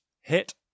hit